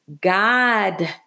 God